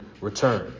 return